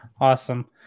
Awesome